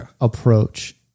approach